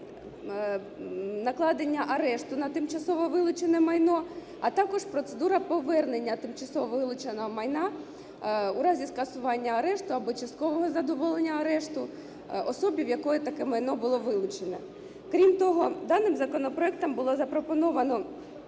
накладення арешту на тимчасово вилучене майно, а також процедура повернення тимчасово вилученого майна у разі скасування арешту або часткового задоволення арешту особі, в якої таке майно було вилучене. Крім того, даним законопроектом було запропоновано,